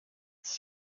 its